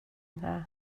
hna